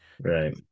Right